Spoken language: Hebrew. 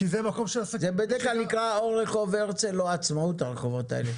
זה בדרך כלל רחוב הרצל או רחוב העצמאות הרחובות האלה,